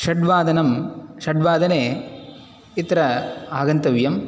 षड्वादनं षड्वादने अत्र आगन्तव्यम्